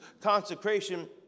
consecration